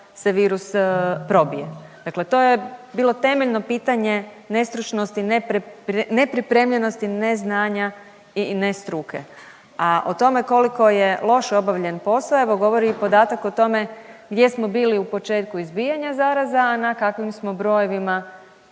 se virus probije. Dakle to je bilo temeljno pitanje nestručnosti, nepripremljenosti, neznanja i nestruke. A o tome koliko je loše obavljen posao evo govori i podatak o tome gdje smo bili u početku izbijanja zaraze, a na kakvim smo brojevima